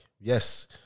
Yes